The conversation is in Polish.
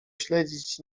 śledzić